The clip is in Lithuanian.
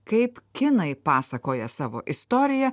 kaip kinai pasakoja savo istoriją